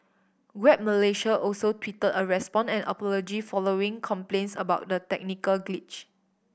Grab Malaysia also tweeted a response and apology following complaints about the technical glitch